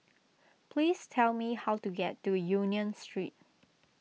please tell me how to get to Union Street